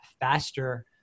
faster